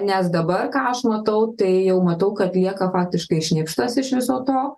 nes dabar ką aš matau tai jau matau kad lieka faktiškai šnipštas iš viso to